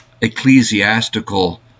ecclesiastical